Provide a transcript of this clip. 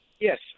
yes